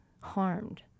harmed